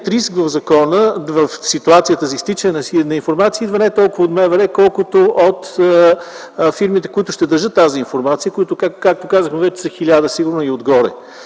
риск в закона в ситуацията за изтичане на информация идва не толкова от МВР, колкото от фирмите, които ще държат тази информация, които, както казахме вече, са сигурно хиляда и отгоре.